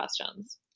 questions